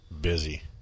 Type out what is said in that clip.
Busy